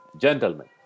gentlemen